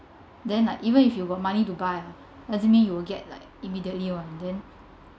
then like even if you got money to buy ah doesn't mean you will get like immediately one then